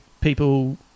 people